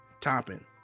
topping